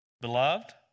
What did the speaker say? Beloved